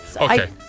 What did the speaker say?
Okay